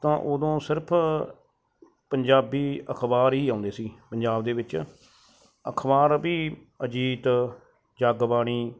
ਤਾਂ ਉਦੋਂ ਸਿਰਫ਼ ਪੰਜਾਬੀ ਅਖ਼ਬਾਰ ਹੀ ਆਉਂਦੇ ਸੀ ਪੰਜਾਬ ਦੇ ਵਿੱਚ ਅਖ਼ਬਾਰ ਵੀ ਅਜੀਤ ਜਗਬਾਣੀ